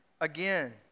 again